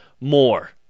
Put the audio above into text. More